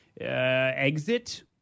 Exit